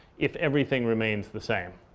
if everything remains the same,